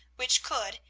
which could,